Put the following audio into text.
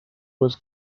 was